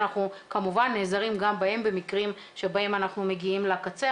אנחנו כמובן נעזרים גם בהם במקרים שבהם אנחנו מגיעים לקצה,